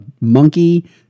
monkey